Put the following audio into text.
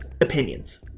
opinions